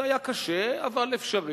זה היה קשה, אבל אפשרי.